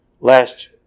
last